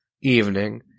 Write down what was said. evening